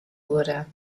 wurde